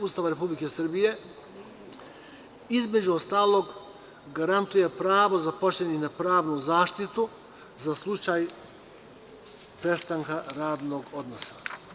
Ustava Republike Srbije, između ostalog, garantuje pravo zaposlenih na pravnu zaštitu za slučaj prestanka radnog odnosa.